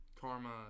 karma